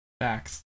Facts